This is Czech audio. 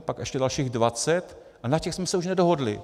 Pak ještě dalších dvacet a na těch jsme se už nedohodli.